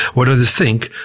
what others think,